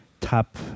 top